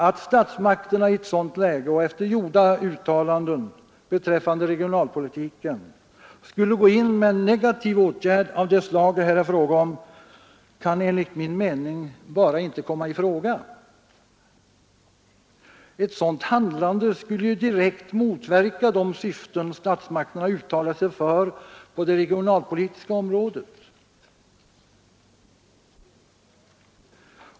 Att statsmakterna i ett sådant läge och efter gjorda uttalanden beträffande regionalpolitiken skulle gå in med en negativ åtgärd av det slag det här är fråga om kan enligt min mening bara inte komma i fråga. Ett sådant handlande skulle ju direkt motverka de syften statsmakterna uttalat sig för på det regionalpolitiska området.